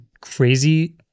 crazy